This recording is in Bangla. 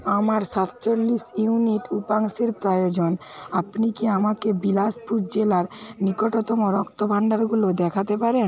আমার সাতচল্লিশ ইউনিট উপাংশের প্রয়োজন আপনি কি আমাকে বিলাসপুর জেলার নিকটতম রক্তভাণ্ডারগুলো দেখাতে পারেন